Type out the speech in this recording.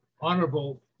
honorable